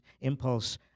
impulse